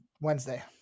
Wednesday